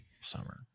Summer